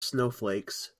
snowflakes